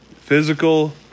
physical